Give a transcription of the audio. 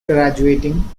graduating